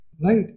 Right